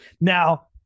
Now